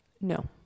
No